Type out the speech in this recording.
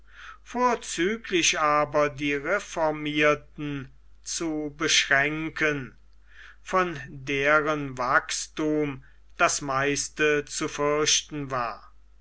vorzüglich aber die reformierten zu beschränken von deren wachsthum das meiste zu fürchten war